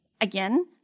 again